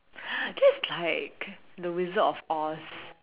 this is like the wizard of oz